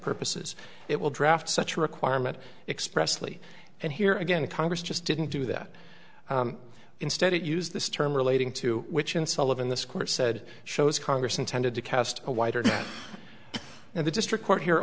purposes it will draft such a requirement expressly and here again congress just didn't do that instead it used the term relating to which insall of in this court said shows congress intended to cast a wider net and the district court here